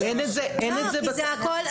אין את זה בתקנות.